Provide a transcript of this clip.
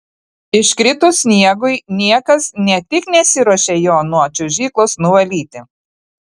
iškritus sniegui niekas ne tik nesiruošia jo nuo čiuožyklos nuvalyti